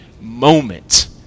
moment